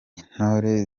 intore